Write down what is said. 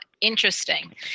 interesting